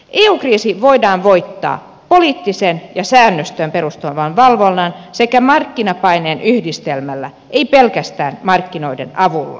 eu kriisi voidaan voittaa poliittisen ja säännöstöön perustuvan valvonnan sekä markkinapaineen yhdistelmällä ei pelkästään markkinoiden avulla